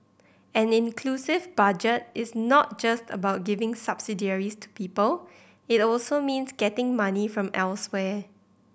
an inclusive budget is not just about giving to people it also means getting money from elsewhere